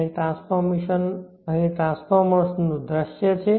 અહીં ટ્રાન્સફોર્મર્સનું દૃશ્ય છે